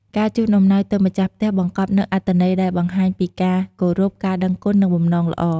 ការជូនអំណោយទៅម្ចាស់ផ្ទះបង្កប់នូវអត្ថន័យដែលបង្ហាញពីការគោរព ការដឹងគុណ និង បំណងល្អ។